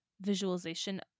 visualization